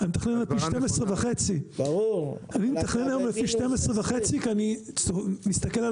אני מתכנן לפי 12.5% כי אני מסתכל על